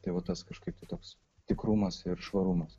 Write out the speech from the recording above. tai vat tas kažkaip tai toks tikrumas ir švarumas